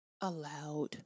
allowed